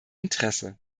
interesse